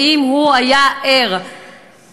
ואם הוא היה ער לסכנה,